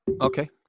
Okay